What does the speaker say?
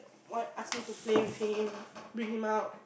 want ask me to play with him bring him out